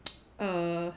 err